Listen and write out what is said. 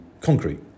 concrete